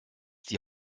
die